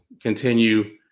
continue